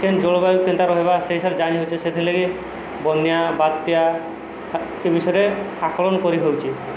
କେନ୍ ଜଳବାୟୁ କେନ୍ତା ରହିବା ସେଇ ହିସାବରେ ଜାଣି ହେଉଛେ ସେଥିଲାଗି ବନ୍ୟା ବାତ୍ୟା ଏ ବିଷୟରେ ଆକଳନ କରିହେଉଛି